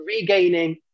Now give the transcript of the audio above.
regaining